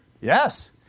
Yes